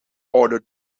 order